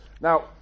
Now